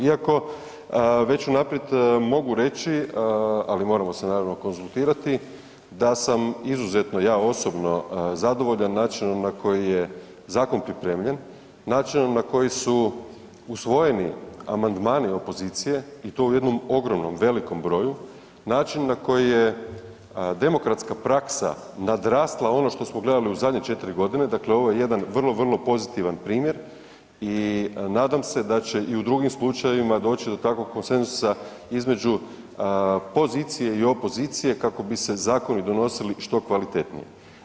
Iako već unaprijed mogu reći, ali moramo se naravno konzultirati, da sam izuzetno ja osobno zadovoljan načinom na koji je zakon pripremljen, načinom na koji su usvojeni amandmani opozicije i to u jednom ogromnom, velikom broju, načinu na koji je demokratska praksa nadrasla ono što smo gledali u zadnje 4 godine, dakle ovo je jedan vrlo, vrlo pozitivan primjer i nadam se da će i u drugim slučajevima doći do takvog konsenzusa između pozicije i opozicije kako bi se zakoni donosili što kvalitetnije.